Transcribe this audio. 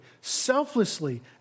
selflessly